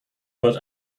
but